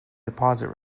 deposit